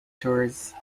tours